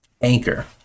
Anchor